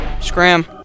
Scram